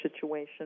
situation